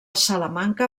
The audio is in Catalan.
salamanca